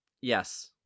Yes